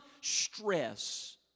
stress